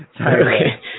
Okay